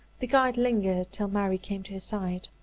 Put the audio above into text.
the guide lingered till mary came to his side.